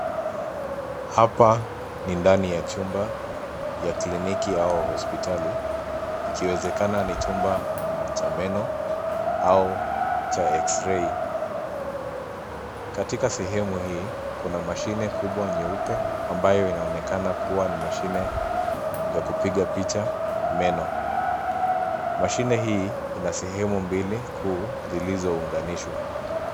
Hapa ni ndani ya chumba ya kliniki au hospitali. Ikiwezekana ni chumba cha meno au cha eksirei. Katika sehemu hii kuna mashine kubwa nyeupe ambayo inaonekana kuwa ni mashine ya kupiga picha meno. Mashine hii ina sehemu mbili kuu zilizounganishwa.